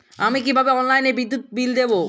আমি কিভাবে অনলাইনে বিদ্যুৎ বিল দেবো?